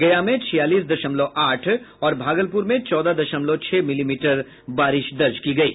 गया में छियालीस दशमलव आठ और भागलपुर में चौदह दशमलव छह मिलीमीटर बारिश दर्ज की गयी